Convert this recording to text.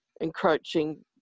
encroaching